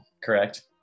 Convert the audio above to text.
correct